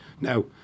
Now